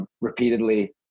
repeatedly